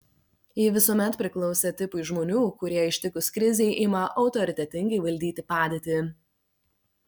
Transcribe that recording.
ji visuomet priklausė tipui žmonių kurie ištikus krizei ima autoritetingai valdyti padėtį